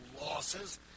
losses